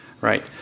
right